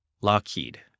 Lockheed